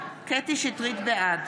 בעד